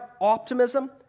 optimism